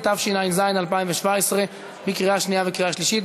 התשע"ז 2017, לקריאה שנייה ולקריאה שלישית.